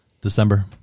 December